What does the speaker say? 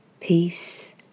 Peace